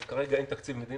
אבל כרגע אין תקציב מדינה,